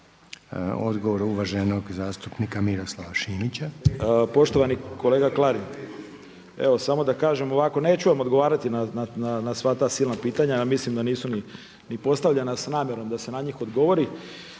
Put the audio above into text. Odgovor uvaženog zastupnika Miroslava Šimića. **Šimić, Miroslav (MOST)** Poštovani kolega Klarin, evo samo da kažem, neću vam odgovarati na sva ta silna pitanja. Ja mislim da nisu ni postavljena sa namjerom da se na njih odgovori.